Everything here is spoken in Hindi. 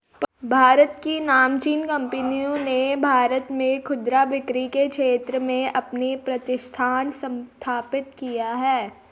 भारत की नामचीन कंपनियों ने भारत में खुदरा बिक्री के क्षेत्र में अपने प्रतिष्ठान स्थापित किए हैं